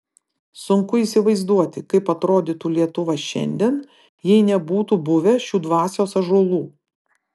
sunku įsivaizduoti kaip atrodytų lietuva šiandien jei nebūtų buvę šių dvasios ąžuolų